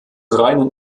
reinen